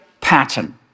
pattern